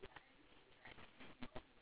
that's quite funny